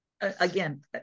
again